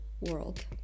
world